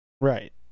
Right